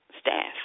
staff